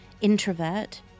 introvert